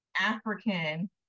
african